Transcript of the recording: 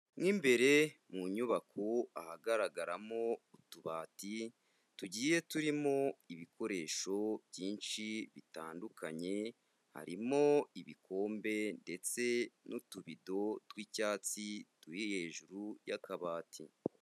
Mo imbere mu nyubako ahagaragaramo utubati tugiye turimo ibikoresho byinshi bitandukanye, harimo ibikombe ndetse n'utubido tw'icyatsi turi hejuru y'akabati.